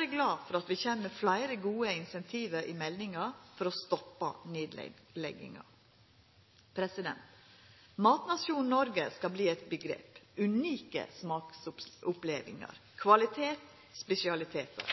eg glad for at vi kjem med fleire gode incentiv i meldinga for å stoppa nedlegginga. Matnasjonen Noreg skal verta eit omgrep – unike smaksopplevingar, kvalitet og spesialitetar.